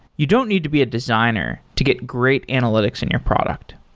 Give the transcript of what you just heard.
you don't need to be a designer to get great analytics in your product.